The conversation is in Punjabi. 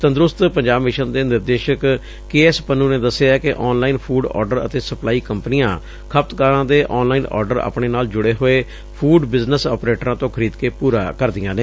ਤੰਦਰੁਸਤ ਪੰਜਾਬ ਮਿਸ਼ਨ ਦੇ ਨਿਦੇਸ਼ਕ ਕੇਐਸ ਪਨੂੰ ਨੇ ਦਸਿਐ ਕਿ ਆਨਲਾਈਨ ਫੂਡ ਆਰਡਰ ਅਤੇ ਸਪਲਾਈ ਕੰਪਨੀਆਂ ਖਪਤਕਾਰਾਂ ਦੇ ਆਨਲਾਈਨ ਆਰਡਰ ਆਪਣੇ ਨਾਲ ਜੁੜੇ ਹੋਏ ਫੂਡ ਬਿਜਨਸ ਆਪਰੇਟਰਾਂ ਤੋਂ ਖਰੀਦ ਕੇ ਪੂਰਾ ਕਰਦੀਆਂ ਨੇ